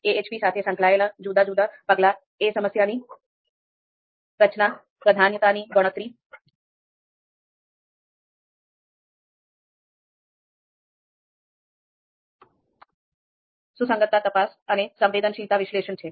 AHP સાથે સંકળાયેલા જુદાં જુદાં પગલાં એ સમસ્યાની રચના પ્રાધાન્યતાની ગણતરી સુસંગતતા તપાસ અને સંવેદનશીલતા વિશ્લેષણ છે